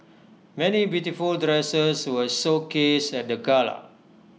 many beautiful dresses were showcased at the gala